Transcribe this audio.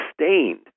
sustained